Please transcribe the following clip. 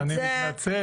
אז אני מתנצל.